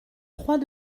trois